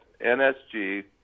NSG